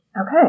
Okay